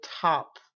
top